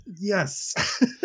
Yes